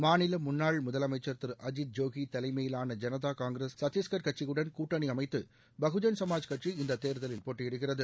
மாநில முன்னாள் முதலமைச்சர் திரு அஜித் ஜோகி தலைமையிலான ஜனதா காங்கிரஸ் சத்திஸ்கர் கட்சியுடன் கூட்டணி அமைத்து பகுஜன் சமாஜ் கட்சி இந்த தேர்தலில் போட்டியிடுகிறது